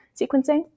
sequencing